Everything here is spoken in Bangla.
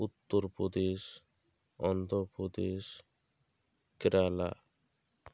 উত্তরপ্রদেশ অন্ধ্রপ্রদেশ কেরালা